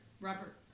Robert